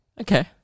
Okay